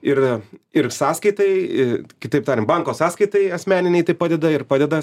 ir ir sąskaitai kitaip tariant banko sąskaitai asmeninei tai padeda ir padeda